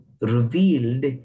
revealed